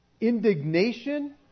indignation